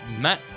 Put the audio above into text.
Matt